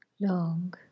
long